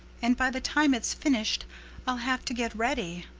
and by the time it's finished i'll have to get ready.